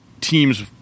teams